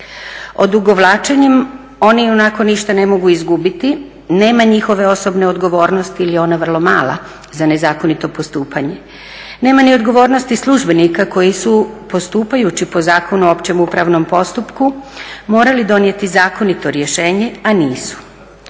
Odugovlačenjem oni ionako ništa ne mogu izgubiti, nema njihove osobne odgovornosti ili je ona vrlo mala za nezakonito postupanje. Nema ni odgovornosti službenika koji su postupajući po Zakonu o općem upravnom postupku morali donijeti zakonito rješenje, a nisu.